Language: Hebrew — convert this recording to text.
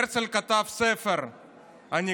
הרצל כתב ספר שנקרא